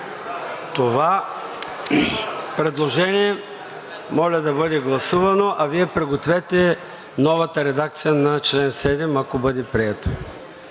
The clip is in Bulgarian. Това предложение моля да бъде гласувано, а Вие пригответе новата редакция на чл. 7, ако бъде прието.